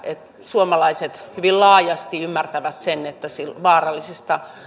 suomalaiset hyvin laajasti ymmärtävät sen että vaarallisista